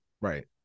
Right